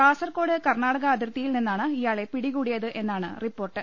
കാസർകോട് കർണാടക അതിർത്തി യിൽ നിന്നാണ് ഇയാളെ പിടികൂടിയത് എന്നാണ് റിപ്പോർട്ട്